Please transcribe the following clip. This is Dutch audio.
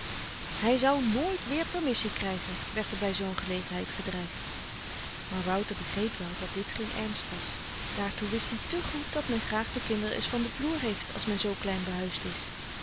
hy zou nooit weer permissie krygen werd er by zoo'n gelegenheid gedreigd maar wouter begreep wel dat dit geen ernst was daartoe wist i te goed dat men graag de kinderen eens van de vloer heeft als men zoo klein behuisd is